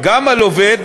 גם על עובד